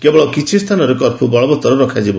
କେବଳ କିଛି ସ୍ଥାନରେ କର୍ଫ୍ୟୁ ବଳବତ୍ତର ରଖାଯିବ